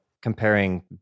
comparing